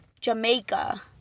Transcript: Jamaica